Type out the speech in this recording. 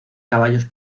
caballos